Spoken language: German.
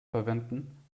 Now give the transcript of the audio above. verwenden